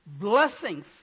Blessings